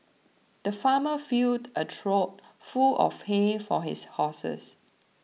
the farmer filled a trough full of hay for his horses